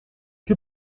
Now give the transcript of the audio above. que